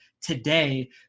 today